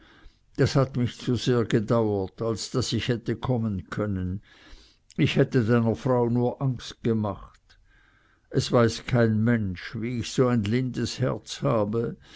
das hat mich zu sehr gedauert als daß ich hätte kommen können ich hätte deiner frau nur angst gemacht es weiß kein mensch wie ich so ein lindes herz habe